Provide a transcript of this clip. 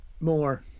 More